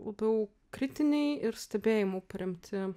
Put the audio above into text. labiau kritiniai ir stebėjimu paremti